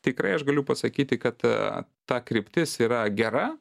tikrai aš galiu pasakyti kad ta kryptis yra gera